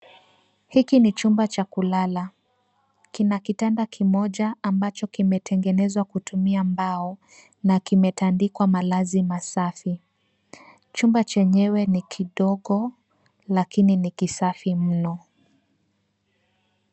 Hiki ni chumba cha kulala. Kina kitanda kimoja ambacho kimetengenezwa kutumia mbao, na kimetandikwa malazi masafi. Chumba chenyewe ni kidogo, lakini ni kisafi mno.